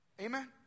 Amen